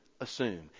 assume